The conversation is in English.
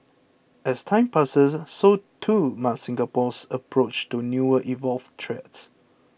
as time passes so too must Singapore's approach to newer evolved threats